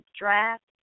Draft